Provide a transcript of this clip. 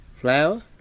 flower